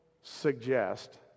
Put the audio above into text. suggest